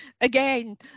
Again